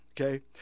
okay